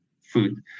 food